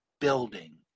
building